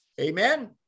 amen